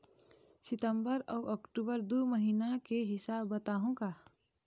सितंबर अऊ अक्टूबर दू महीना के हिसाब बताहुं का?